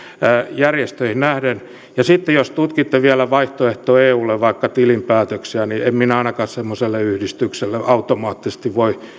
järjestöihin nähden ja sitten jos tutkitte vielä vaikka vaihtoehto eulle tiedotuskeskuksen tilinpäätöksiä niin en minä ainakaan semmoiselle yhdistykselle automaattisesti voi